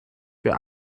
für